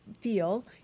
feel